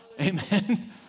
amen